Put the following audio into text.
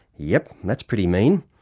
yep, that's pretty mean.